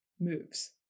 moves